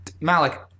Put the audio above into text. Malik